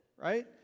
right